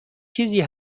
چیزی